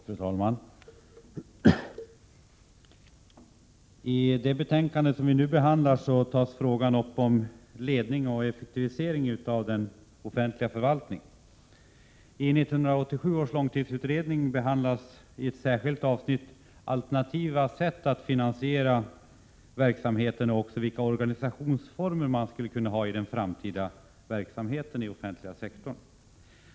Fru talman! I det betänkande som vi nu behandlar tas frågan om ledning och effektivisering av den offentliga förvaltningen upp. I 1987 års långtidsutredning behandlas i ett särskilt avsnitt alternativa sätt att finansiera verksamheterna och även vilka organisationsformer man skulle kunna ha i den framtida verksamheten inom den offentliga sektorn.